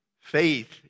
faith